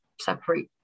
separate